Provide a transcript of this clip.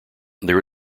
there